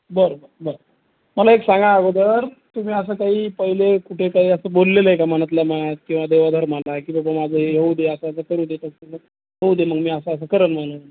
बरं बरं बरं मला एक सांगा अगोदर तुम्ही असं काही पहिले कुठे काही असं बोललेलं आहे का मनातल्या मनात किंवा देवाधर्माला की बाबा माझं हे येऊ दे असं असं करू दे तर होऊ दे मग मी असं असं करेन म्हणून